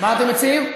מה אתם מציעים?